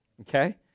okay